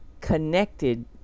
connected